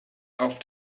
auf